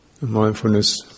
Mindfulness